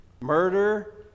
murder